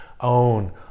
own